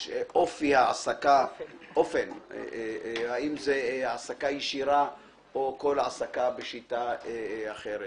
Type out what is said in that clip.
של אופן ההעסקה האם זו העסקה ישירה או כל העסקה בשיטה אחרת.